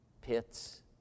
pits